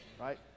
right